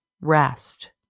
Rest